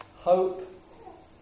hope